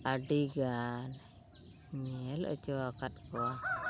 ᱟᱹᱰᱤᱜᱟᱱ ᱧᱮᱞ ᱦᱚᱪᱚ ᱟᱠᱟᱫ ᱠᱚᱣᱟ